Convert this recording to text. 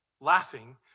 laughing